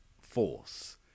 force